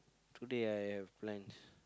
today I have plans